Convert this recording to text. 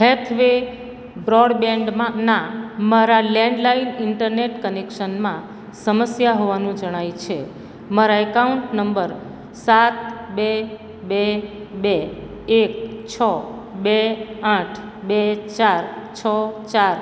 Hathway બ્રોડબેન્ડમાં ના મારા લેન્ડલાઇન ઈન્ટરનેટ કનેક્શનમાં સમસ્યા હોવાનું જણાય છે મારા એકાઉન્ટ નંબર સાત બે બે બે એક છ બે આઠ બે ચાર છો ચાર